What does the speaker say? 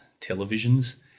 televisions